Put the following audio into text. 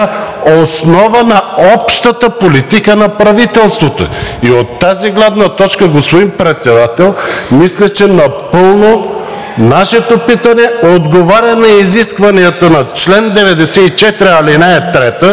основа на общата политика на правителството. И от тази гледна точка, господин Председател, мисля, че напълно нашето питане отговаря на изискванията на чл. 94, ал. 3